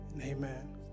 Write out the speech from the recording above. Amen